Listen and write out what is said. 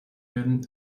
werden